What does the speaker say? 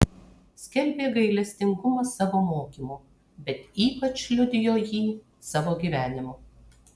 skelbė gailestingumą savo mokymu bet ypač liudijo jį savo gyvenimu